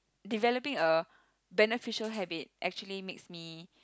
developing a beneficial habit actually makes me